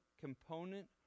component